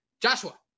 Joshua